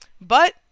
but-